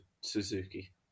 Suzuki